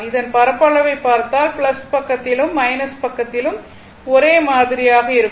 இதன் பரப்பளவை பார்த்தால் பக்கத்திலும் மைனஸ் பக்கத்திலும் ஒரே மாதிரிதான் இருக்கும்